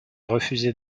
refusé